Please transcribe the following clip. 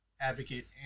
advocate